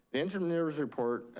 the engineer's report